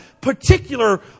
particular